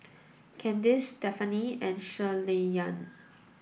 Candice Stephaine and Shirleyann